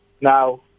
Now